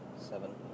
seven